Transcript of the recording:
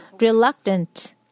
reluctant